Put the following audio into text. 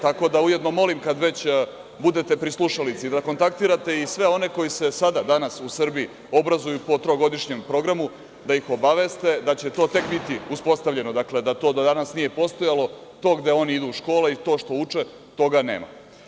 Tako da ujedno molim, kada već budete pri slušalici, da kontaktirate i sve one koji se sada, danas, u Srbiji obrazuju po trogodišnjem programu, da ih obaveste da će to tek biti uspostavljeno, dakle da to do danas nije postojalo, to gde oni idu u škole i to što uče, toga nema.